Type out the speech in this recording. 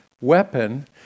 weapon